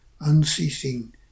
unceasing